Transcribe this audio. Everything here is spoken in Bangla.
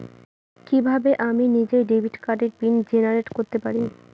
কিভাবে আমি নিজেই ডেবিট কার্ডের পিন জেনারেট করতে পারি?